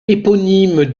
éponyme